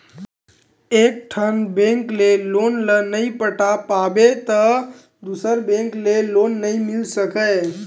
एकठन बेंक के लोन ल नइ पटा पाबे त दूसर बेंक ले लोन नइ मिल सकय